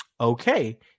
Okay